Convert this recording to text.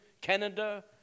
Canada